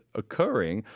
occurring